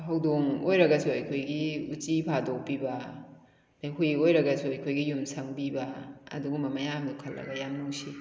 ꯍꯧꯗꯣꯡ ꯑꯣꯏꯔꯒꯁꯨ ꯑꯩꯈꯣꯏꯒꯤ ꯎꯆꯤ ꯐꯥꯗꯣꯛꯄꯤꯕ ꯑꯗꯩ ꯍꯨꯏ ꯑꯣꯏꯔꯒꯁꯨ ꯑꯩꯈꯣꯏꯒꯤ ꯌꯨꯝ ꯁꯪꯕꯤꯕ ꯑꯗꯨꯒꯨꯝꯕ ꯃꯌꯥꯝꯗꯨ ꯈꯜꯂꯒ ꯌꯥꯝ ꯅꯨꯡꯁꯤ